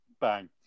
bang